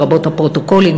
לרבות הפרוטוקולים,